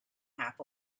half